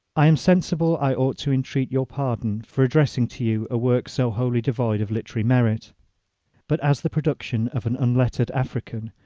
i am sensible i ought to entreat your pardon for addressing to you a work so wholly devoid of literary merit but, as the production of an unlettered african,